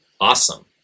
awesome